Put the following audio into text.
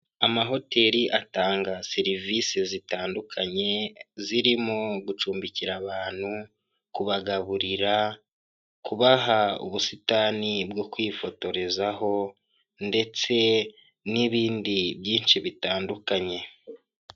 Abagabo batatu aho bicaye umwuka umwe akaba yambaye ikote ry'umukara ndetse akaba yambayemo n'ishati y'ubururu, abandi babiri bakaba bambaye amashati y'mweru, aho buri wese hari akarangururamajwi imbere ye wo hagati akaba ari we uri kuvuga.